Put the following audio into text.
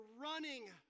running